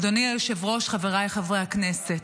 אדוני היושב-ראש, חבריי חברי הכנסת,